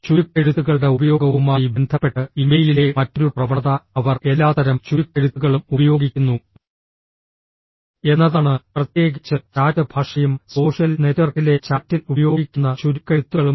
ചുരുക്കെഴുത്തുകളുടെ ഉപയോഗവുമായി ബന്ധപ്പെട്ട് ഇമെയിലിലെ മറ്റൊരു പ്രവണത അവർ എല്ലാത്തരം ചുരുക്കെഴുത്തുകളും ഉപയോഗിക്കുന്നു എന്നതാണ് പ്രത്യേകിച്ച് ചാറ്റ് ഭാഷയും സോഷ്യൽ നെറ്റ്വർക്കിലെ ചാറ്റിൽ ഉപയോഗിക്കുന്ന ചുരുക്കെഴുത്തുകളും